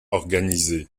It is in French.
organisés